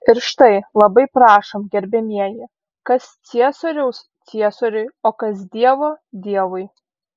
ir štai labai prašom gerbiamieji kas ciesoriaus ciesoriui o kas dievo dievui